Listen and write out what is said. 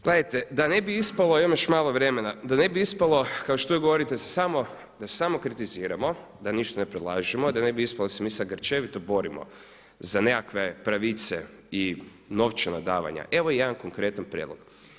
Gledajte da ne bi ispalo, imam još malo vremena, da ne bi ispalo kao što uvijek govorite da samo kritiziramo, da ništa ne predlažemo, da ne bi ispalo da se mi sada grčevito borimo za nekakve pravice i novčana davanja, evo jedan konkretan prijedlog.